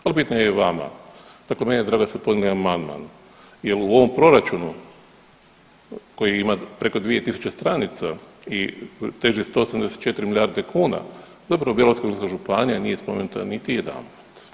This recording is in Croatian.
Ali bitnije je vama, dakle meni je drago da ste podnijeli amandman jer u ovom proračunu koji ima preko 2 000 stranica i teži 184 milijarde kuna, zapravo Bjelovarko-bilogorska županija nije spomenuta niti jedanput.